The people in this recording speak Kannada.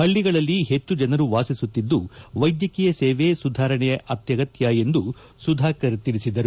ಪಳಗಳಲ್ಲಿ ಹೆಚ್ಚು ಜನರು ವಾಸಿಸುತ್ತಿದ್ದು ವೈದ್ಯಕೀಯ ಸೇವೆ ಸುಧಾರಣೆ ಅತ್ಯಗತ್ಯ ಎಂದು ಸುಧಾಕರ್ ತಿಳಿಸಿದರು